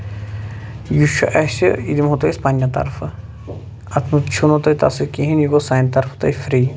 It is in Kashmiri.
یہِ چھُ اَسہِ یہِ دِمہو أسۍ تۄہہِ پَنٕنہِ طرفہٕ اَتھ منٛز چھُو نہٕ تۄہہِ تَتھ سۭتۍ کِہینۍ یہِ گوٚو سانہِ طرفہٕ تۄہہِ فری